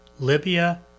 Libya